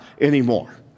anymore